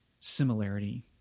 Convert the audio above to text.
similarity